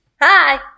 Hi